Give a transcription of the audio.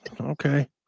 Okay